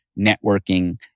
networking